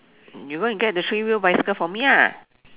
you go and get the three wheel bicycle for me ah